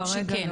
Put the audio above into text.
כרגע לא.